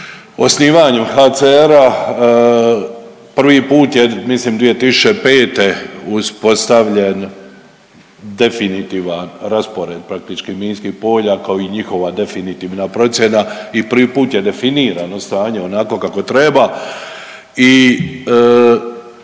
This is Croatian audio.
osnivanju HCR-a prvi put je mislim 2005. uspostavljen definitivan raspored praktički minskih polja, kao i njihova definitivna procjena i prvi put je definirano stanje onako kako treba i